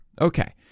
Okay